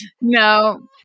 No